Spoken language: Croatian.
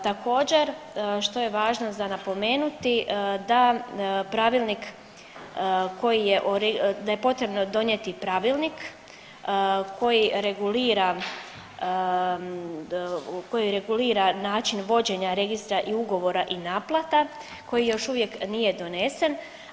Također, što je važno za napomenuti da pravilnik koji je, da je potrebno donijeti pravilnik koji regulira, koji regulira način vođenja registra i ugovora i naplata koji još uvijek nije donesen.